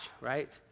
right